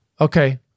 Okay